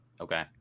Okay